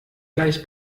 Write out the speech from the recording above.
gleich